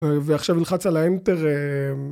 ועכשיו נלחץ על האנטר אההה